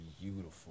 beautiful